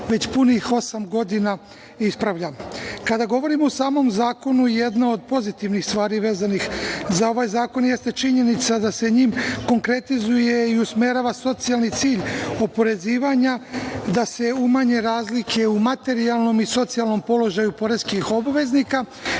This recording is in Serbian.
već punih osam godina ispravlja. Kada govorimo o samom zakonu, jedna od pozitivnih stvari vezanih za ovaj zakon jeste činjenica da se njim konkretizuje i usmerava socijalni cilj oporezivanja, da se umanje razlike u materijalnom i socijalnom položaju poreskih obveznika